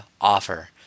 offer